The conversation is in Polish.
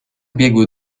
biegły